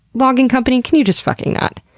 logging company, can you just fucking not?